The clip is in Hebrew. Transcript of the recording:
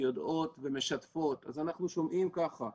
שיודעות ומשתפות, אז אנחנו שומעים ככה: